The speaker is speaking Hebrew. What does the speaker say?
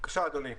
בבקשה, אדוני.